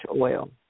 oil